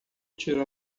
tiro